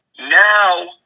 Now